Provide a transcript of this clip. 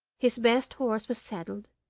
his best horse was saddled,